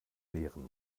leeren